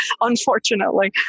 unfortunately